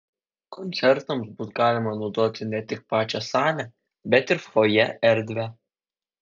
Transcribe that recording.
koncertams bus galima naudoti ne tik pačią salę bet ir fojė erdvę